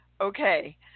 okay